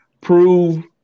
prove